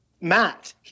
Matt